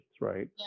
right